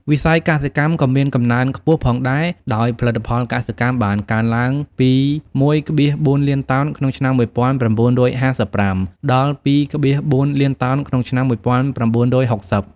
វិស័យកសិកម្មក៏មានកំណើនខ្ពស់ផងដែរ ដោយផលិតផលកសិកម្មបានកើនឡើងពី ១,៤ លានតោនក្នុងឆ្នាំ១៩៥៥ ដល់ ២,៤ លានតោនក្នុងឆ្នាំ១៩៦០។